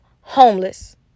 homeless